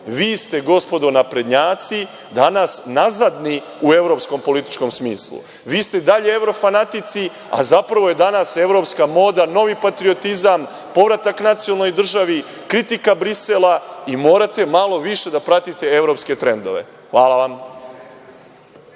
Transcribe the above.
Vi ste gospodo Naprednjaci danas nazadni u evropskom političkom smislu. Vi ste i dalje evrofanatici, a zapravo je danas evropska moda novi patriotizam, povratak nacionalnoj državi, kritika Brisela. Vi morate malo više da pratite evropske trendove. Hvala vam.